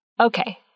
Okay